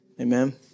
Amen